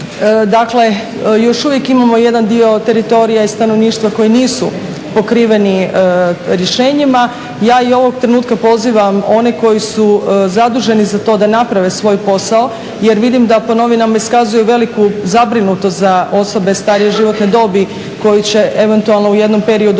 dakle još uvijek imamo jedan dio teritorija i stanovništva koji nisu pokriveni rješenjima. Ja i ovoga trenutka pozivam one koji su zaduženi za to da naprave svoj posao jer vidim da po novinama iskazuju veliku zabrinutost za osobe starije životne dobi koji će eventualno u jednom periodu